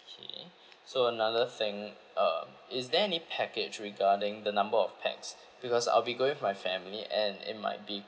okay so another thing uh is there any package regarding the number of pax because I'll be going with my family and it might be